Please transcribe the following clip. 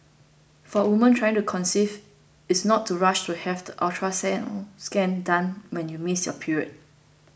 for women trying to conceive is not to rush to have the ultrasound scan done when you miss your period